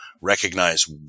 recognize